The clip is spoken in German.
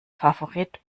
favorit